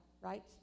right